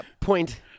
Point